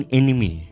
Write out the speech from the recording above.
enemy